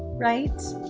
right?